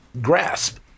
grasp